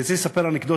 אני רוצה לספר אנקדוטה.